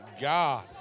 God